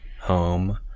Home